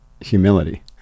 humility